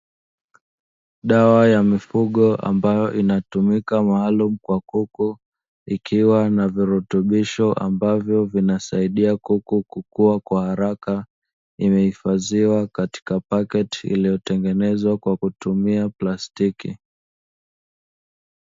Dawa ya mifugo ambayo inatumika maalumu kwa kuku ikiwa na virutubisho ambavyo vinasaidia kuku kukua kwa haraka, imehifadhiwa katika pakiti iliyotengenezwa kwa kutumia plastiki.